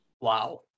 Wow